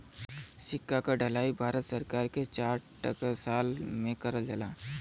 सिक्का क ढलाई भारत सरकार के चार टकसाल में करल जाला